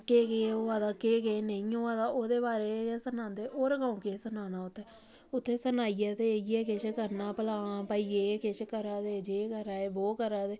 केह् केह् होआ दा केह् केह् नेईं होआ दा ओह्दे बारै गै सनांदे होर क'ऊं केह् सनाना उत्थै उत्थै सनाइयै ते इ'यै किश करना भला आं भाई कि यह् किश करा दे ये करा दे वो करा दे